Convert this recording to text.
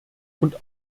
und